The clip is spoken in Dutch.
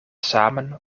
samen